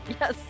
yes